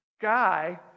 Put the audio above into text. guy